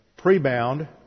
Prebound